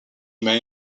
man